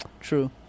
True